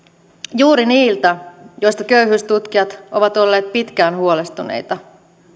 juuri niiltä joista köyhyystutkijat ovat olleet pitkään huolestuneita